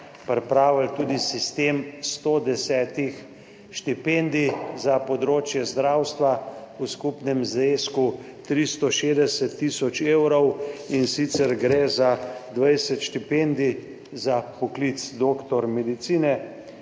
pripravili tudi sistem 110 štipendij za področje zdravstva v skupnem znesku 360 tisoč evrov, in sicer gre za 20 štipendij za poklic doktor medicine,